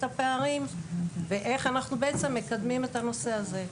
הפערים ואיך אנחנו בעצם מקדמים את הנושא הזה.